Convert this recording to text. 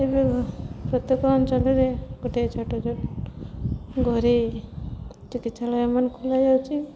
ଏବେ ପ୍ରତ୍ୟେକ ଅଞ୍ଚଲରେ ଗୋଟିଏ ଛୋଟ ଛୋଟ ଘରେ ଚିକିତ୍ସାଳୟମାନ ଖୋଲାଯାଉଚି